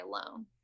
alone